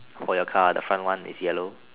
for your car the front one is it yellow